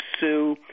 Sue